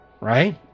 Right